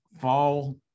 fall